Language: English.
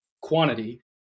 quantity